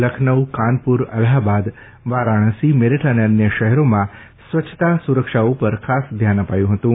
લખનઉ કાનપુર અલ્હાબાદ વારાણસી મેરઠ અને અન્ય શહેરોમાં સ્વચ્છતા સુરક્ષા ઉપર ખાસ ધ્યાન અપાયું હતું